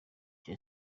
cya